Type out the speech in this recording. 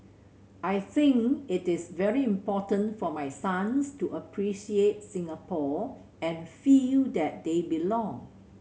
I think it is very important for my sons to appreciate Singapore and feel that they belong